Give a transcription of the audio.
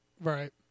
Right